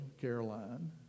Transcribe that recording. Caroline